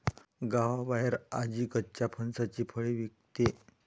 गावाबाहेर आजी कच्च्या फणसाची फळे विकते